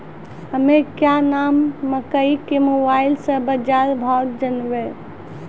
हमें क्या नाम मकई के मोबाइल से बाजार भाव जनवे?